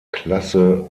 klasse